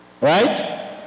Right